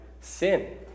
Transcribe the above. sin